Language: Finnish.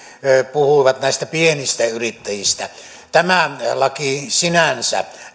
puhuivat näistä pienistä yrittäjistä tämä laki sinänsä